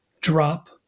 drop